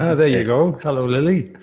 ah yeah go. hello lilly.